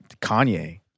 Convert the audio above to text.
Kanye